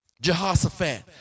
Jehoshaphat